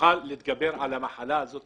ונוכל להתגבר על המחלה הזאת